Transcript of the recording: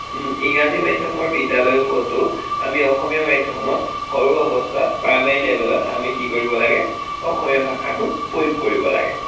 ইংৰাজী মাধ্যমৰ বিদ্যালয়বোৰতো আমি অসমীয়া মাধ্যমত সৰু অৱস্থাত প্ৰাইমেৰি লেভেলত আমি কি কৰিব লাগে অসমীয়া ভাষাটোক প্ৰয়োগ কৰিব লাগে